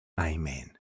Amen